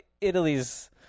Italy's